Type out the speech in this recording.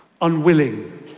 unwilling